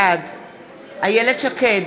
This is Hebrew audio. בעד איילת שקד,